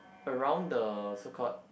around the so called